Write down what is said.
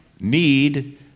need